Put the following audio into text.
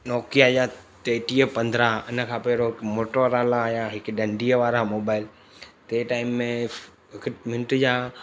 Nokia जा टेटीह पंद्रहं इन खां पहरों मोटोरोला आया हिकु ॾंडीअ वारा मोबाइल तंहिं टाइम में हिकु मिंट जा